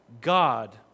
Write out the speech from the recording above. God